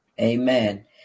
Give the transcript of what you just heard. Amen